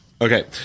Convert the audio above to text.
Okay